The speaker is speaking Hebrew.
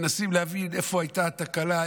מנסים להבין איפה הייתה התקלה.